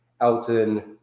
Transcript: Elton